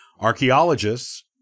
archaeologists